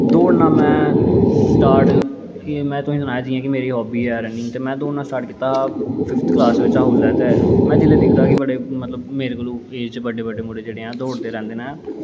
दोड़ना में स्टार्ट में तुसेंगी सनाया जि'यां कि मेरे हाब्बी ऐ दोड़ना ते में स्टार्ट कीता हा फिफ्त कलास च उसलै ते में जिसलै दिखदा हा मतलब मेरे कोलूं एज़ च बड्डे बड्डे मुड़े जेह्ड़े न दौड़दे रौंह्दे न